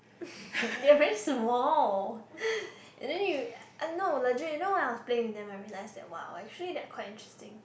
they're really small and then you uh no legit you know when I was playing with them I realize that !wow! actually they are quite interesting